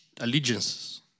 Allegiances